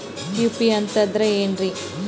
UPI ಅಂತಂದ್ರೆ ಏನ್ರೀ?